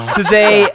Today